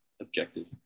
objective